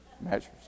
measures